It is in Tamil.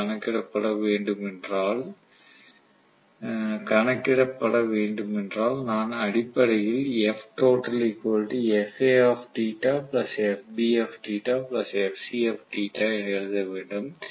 எஃப் கணக்கிடப்பட வேண்டுமென்றால் நான் அடிப்படையில் என எழுத வேண்டும்